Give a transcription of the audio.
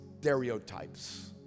stereotypes